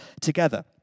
together